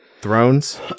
thrones